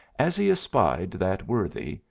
as he espied that worthy,